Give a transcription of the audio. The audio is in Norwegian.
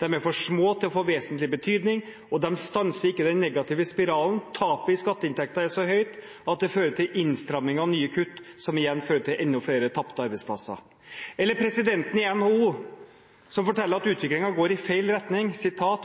er for små til å få vesentlig betydning og de stanser ikke den negative spiralen. tapet i skatteinntekter er så høyt at det fører til innstramninger og nye kutt som igjen fører til enda flere tapte arbeidsplasser». Eller presidenten i NHO, som forteller at utviklingen går i feil retning: